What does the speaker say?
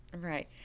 Right